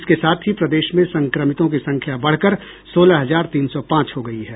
इस के साथ ही प्रदेश में संक्रमितों की संख्या बढ़कर सोलह हजार तीन सौ पांच हो गयी है